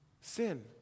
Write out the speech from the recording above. Sin